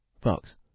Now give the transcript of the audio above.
Fox